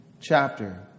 chapter